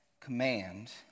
command